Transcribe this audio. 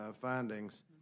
findings